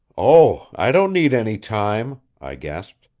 oh, i don't need any time, i gasped.